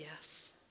yes